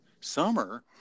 summer